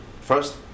First